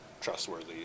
trustworthy